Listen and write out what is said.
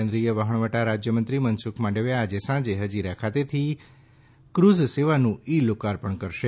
કેન્દ્રીય વહાવટા રાજ્યમંત્રી મનસુખ માંડવિયા આજે સાંજે હજીરા ખાતેથી ક્રઝ સેવાનું ઇ લોકાર્પણ કરશે